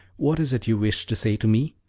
what is it you wish to say to me?